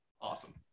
Awesome